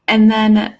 and then,